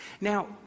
now